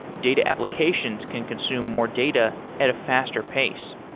data applications can consume more data at a faster pace.